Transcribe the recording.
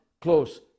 close